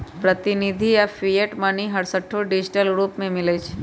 प्रतिनिधि आऽ fiat money हरसठ्ठो डिजिटल रूप में मिलइ छै